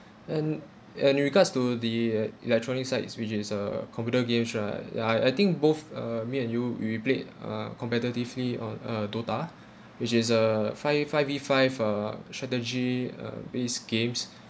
and and in regards to the e~ electronic side is which is a computer games right ya I I think both uh me and you we we played uh competitively on uh dota which is a five five V five uh strategy uh based games